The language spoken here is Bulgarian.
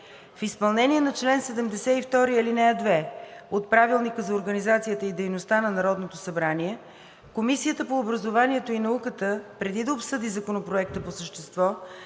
В изпълнение на чл. 72, ал. 2 от Правилника за организацията и дейността на Народното събрание, Комисията по образованието и науката, преди да обсъди Законопроекта по същество,